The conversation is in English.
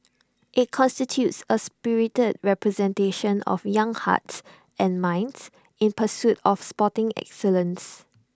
IT constitutes A spirited representation of young hearts and minds in pursuit of sporting excellence